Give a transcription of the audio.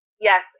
Yes